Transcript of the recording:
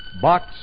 Box